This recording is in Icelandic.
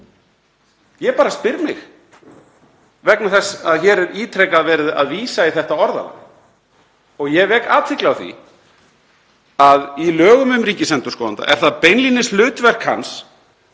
Ég bara spyr mig vegna þess að hér er ítrekað verið að vísa í þetta orðalag. Ég vek athygli á því að í lögum um ríkisendurskoðanda er það beinlínis hlutverk hans